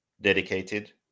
dedicated